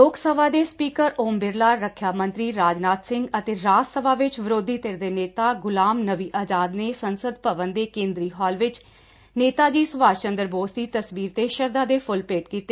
ਲੋਕ ਸਭਾ ਦੇ ਸਪੀਕਰ ਓਮ ਬਿਰਲਾ ਰੱਖਿਆ ਮੰਤਰੀ ਰਾਜਨਾਥ ਸਿੰਘ ਅਤੇ ਰਾਜ ਸਭਾ ਵਿਚ ਵਿਰੋਧੀ ਧਿਰ ਦੇ ਨੇਤਾ ਗੁਲਾਮ ਨਬੀ ਆਜ਼ਾਦ ਨੇ ਸੰਸਦ ਭਵਨ ਦੇ ਕੇਂਦਰੀ ਹਾਲ ਵਿਚ ਨੇਤਾ ਜੀ ਸੁਭਾਸ਼ ਚੰਦਰ ਬੋਸ ਦੀ ਤਸਵੀਰ ਤੇ ਸ਼ਰਧਾ ਦੇ ਫੁੱਲ ਭੇਟ ਕੀਤੇ